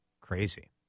Crazy